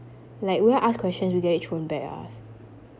like we all ask questions you get it thrown back at us